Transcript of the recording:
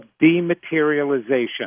dematerialization